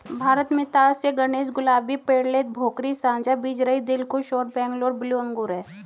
भारत में तास ए गणेश, गुलाबी, पेर्लेट, भोकरी, साझा बीजरहित, दिलखुश और बैंगलोर ब्लू अंगूर हैं